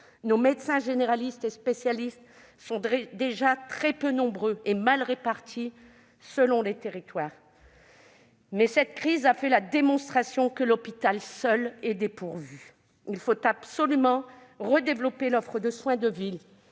Nos médecins généralistes et spécialistes sont déjà très peu nombreux et mal répartis selon les territoires. Cette crise a fait la démonstration que l'hôpital, seul, est dépourvu. Il faut absolument redévelopper l'offre de soins de ville,